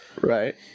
Right